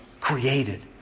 created